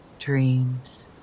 dreams